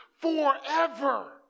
forever